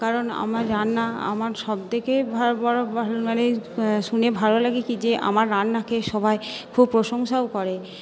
কারণ আমার রান্না আমার সব থেকে শুনে ভালো লাগে কি যে আমার রান্না খে সবাই খুব প্রশংসাও করে